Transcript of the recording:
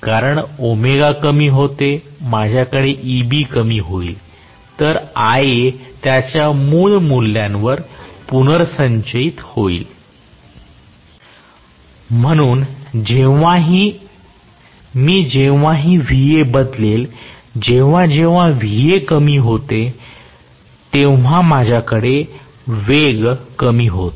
कारण कमी होते माझ्याकडे Eb कमी होईल तर Ia त्याच्या मूळ मूल्यावर पुनर्संचयित होईल म्हणून मी जेव्हाही Va बदलेल जेव्हा जेव्हा Va कमी होते तेव्हा माझ्याकडे वेग कमी होतो